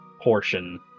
portion